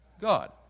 God